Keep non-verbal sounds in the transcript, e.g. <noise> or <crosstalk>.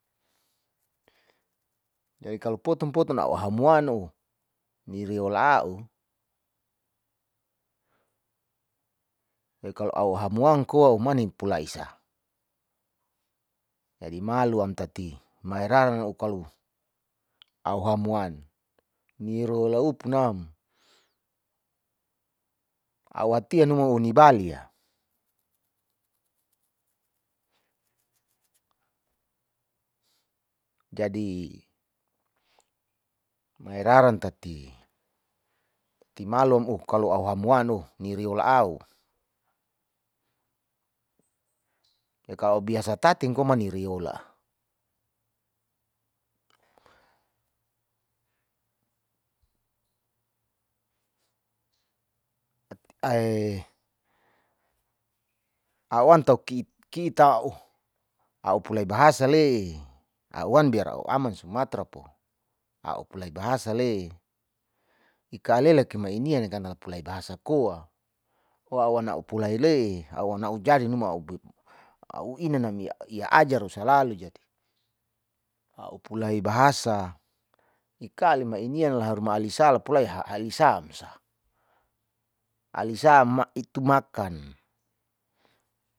<noise> jadi kalo potum potum a'u hamwan oh ni reola a'u, jdi kalo a'u hamwan koa a'u mani pulaisa, jadi malua amtati mai raran ukalo a'u hamwan nireola upunam <hesitation> a'u atia numu uh nibali'a, jadi mairaran tati malo a'u hamwan oh nireola a'u, ya kao a'u biasa tati ngko manireola, <hesitation> a'u wan toki kita oh a'u pula bahasa le'e a'u wan biar a'u aman sumatra po a'u pulau bahasa le ika alela ki mai ipula baha koa awana a'u upulai le a'u wana ujadi numu au ina namia ajar salao jadi, au pulia bahasa ika ilema inia lai haruma alesa lapu laiha alisa amsa, alisa ama itu makan.